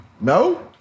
No